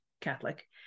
Catholic